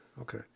Okay